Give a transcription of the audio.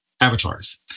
avatars